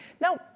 Now